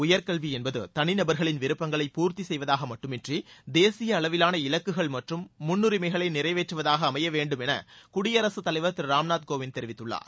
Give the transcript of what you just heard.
உயர்கல்வி என்பது தனி நபர்களின் விருப்பங்களை பூர்த்தி செய்வதாக மட்டுமன்றி தேசிய அளவிலான இலக்குகள் மற்றும் முன்னுரிமைகளை நிறைவேற்றுவதாக அமைய வேண்டும் என குடியரசு தலைவர் திரு ராம் நாத் கோவிந்த் தெரிவித்துள்ளார்